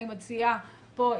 אני מציעה פה,